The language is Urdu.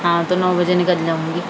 ہاں تو نو بجے نکل جاؤں گی